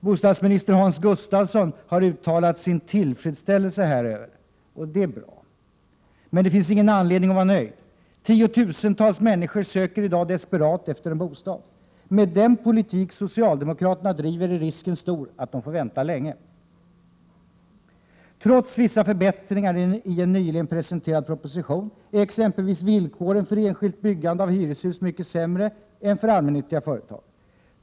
Bostadsminister Hans Gustafsson har uttalat sin tillfredsställelse häröver och det är bra. Men det finns ingen anledning att vara nöjd. Tiotusentals människor söker i dag desperat efter en bostad. Med den politik som socialdemokraterna bedriver är risken stor att de får vänta länge. Trots vissa förbättringar i en nyligen presenterad proposition är exempelvis villkoren för enskilt byggande av hyreshus mycket sämre än för allmännyttiga företag.